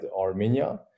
Armenia